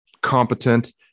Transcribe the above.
competent